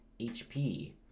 HP